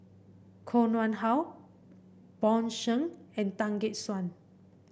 Koh Nguang How Bjorn Shen and Tan Gek Suan